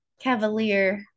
Cavalier